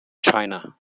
china